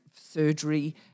surgery